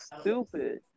stupid